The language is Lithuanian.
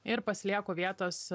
ir pasilieku vietos